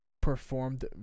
Performed